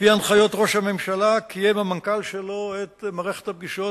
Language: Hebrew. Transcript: על-פי הנחיות ראש הממשלה קיים המנכ"ל שלו את מערכת הפגישות,